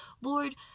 Lord